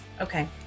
Okay